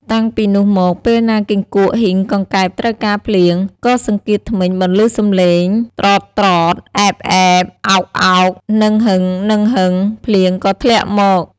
តាំងពីនោះមកពេលណាគីង្គក់ ហ៊ីង កង្កែប ត្រូវការភ្លៀង ក៏សង្កៀតធ្មេញបន្លឺសំឡេងក្រតៗ! អែបៗ ! អោកៗ! ហ្នឹងហឹងៗ! ភ្លៀងក៏ធ្លាក់មក។